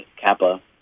Kappa